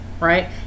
Right